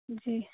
جی